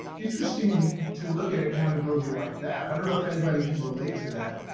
interesting to look at accountability like that. i don't know if anybody can relate to that.